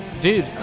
Dude